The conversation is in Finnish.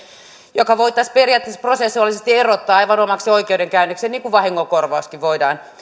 joka voitaisiin periaatteessa prosessuaalisesti erottaa aivan omaksi oikeudenkäynnikseen niin kuin vahingonkorvauskin voidaan